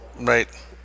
Right